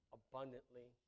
abundantly